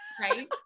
Right